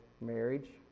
marriage